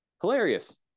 hilarious